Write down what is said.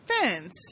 fence